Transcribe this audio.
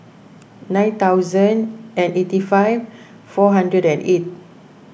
nine thousand and eighty five four hundred and eight